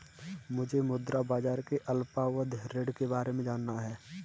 मुझे मुद्रा बाजार के अल्पावधि ऋण के बारे में जानना है